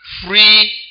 free